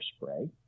spray